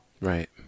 Right